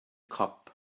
cop